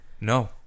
No